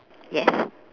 yes